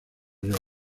york